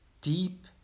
deep